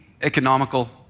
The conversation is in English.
economical